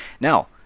Now